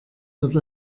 wird